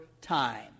time